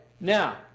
Now